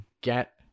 get